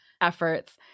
efforts